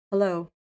Hello